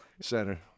Center